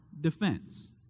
defense